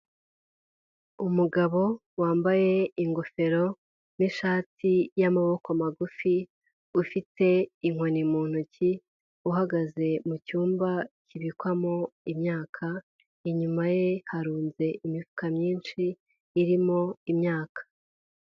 Umugabo wambaye ingofero n'ishati y'amaboko magufi ufite inkoni mu ntoki uhagaze mu cyumba kibikwamo imyaka, inyuma ye harunze imyufuka myinshi irimo imyaka.